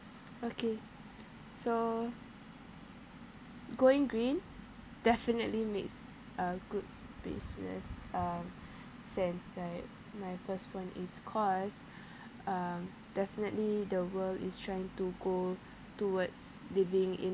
okay so going green definitely makes uh good business um sense like my first point is cause um definitely the world is trying to go towards living in